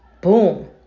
boom